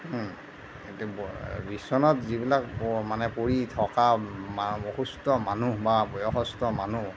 বিছনাত যিবিলাক পৰ মানে পৰি থকা অসুস্থ মানুহ বা বয়সস্থ মানুহ